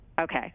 Okay